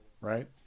right